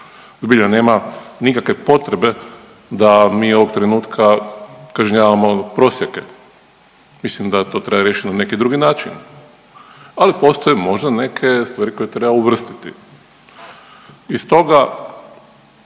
Zbilja nema nikakve potrebe da mi ovog trenutka kažnjavamo …/Govornik se ne razumije./… mislim da to treba riješiti na neki drugi način, ali postoje možda neke stvari koje treba uvrstiti. I stoga